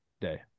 day